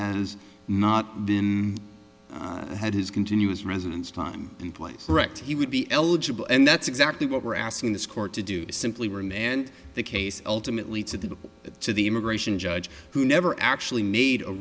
has not been had his continuous residence time in place he would be eligible and that's exactly what we're asking this court to do simply were in the end the case ultimately to the to the immigration judge who never actually made a